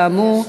כאמור.